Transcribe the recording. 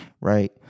right